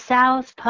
South